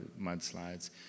mudslides